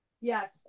Yes